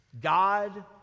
God